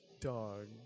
Dog